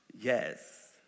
Yes